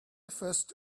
first